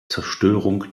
zerstörung